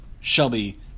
Shelby